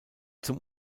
zum